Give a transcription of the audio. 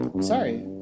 Sorry